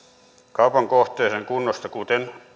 kaupan kohteen kunnosta kuten